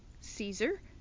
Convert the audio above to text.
Caesar